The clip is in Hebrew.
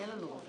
אין לנו רוב.